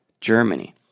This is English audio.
Germany